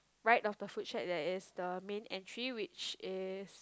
right of the food shack there is the main entry which is